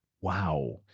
Wow